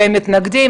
מתנגדים,